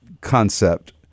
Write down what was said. concept